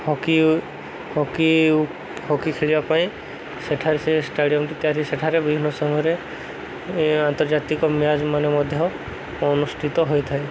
hockey hockey hockey ଖେଳିବା ପାଇଁ ସେଠାରେ ସେ ଷ୍ଟାଡ଼ିୟମ୍ଟି ତିଆରି ସେଠାରେ ବିଭିନ୍ନ ସମୟରେ ଆନ୍ତର୍ଜାତିକ ମ୍ୟାଚ୍ ମାନ ମଧ୍ୟ ଅନୁଷ୍ଠିତ ହୋଇଥାଏ